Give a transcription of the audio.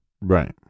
right